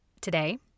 today